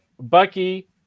Bucky